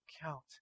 count